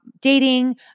dating